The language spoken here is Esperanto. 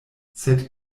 sed